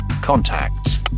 contacts